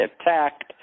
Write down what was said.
attacked